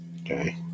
okay